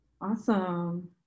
Awesome